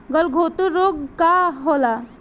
गलघोटू रोग का होला?